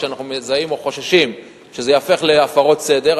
שאנחנו מזהים או חוששים שזה ייהפך להפרות סדר,